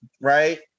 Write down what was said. right